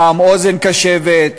פעם אוזן קשבת,